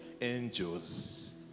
angels